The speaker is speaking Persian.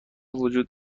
وجود